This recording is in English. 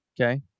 Okay